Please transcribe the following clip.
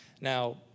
Now